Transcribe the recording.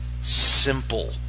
simple